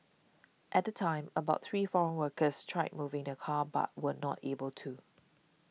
at the time about three foreign workers tried moving the car but were not able to